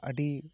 ᱟᱹᱰᱤ